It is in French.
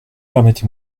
permettez